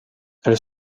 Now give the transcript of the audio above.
elles